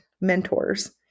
mentors